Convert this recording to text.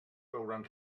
veuran